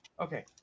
Okay